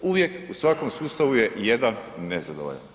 Uvijek u svakom sustavu je jedan nezadovoljan.